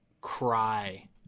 cry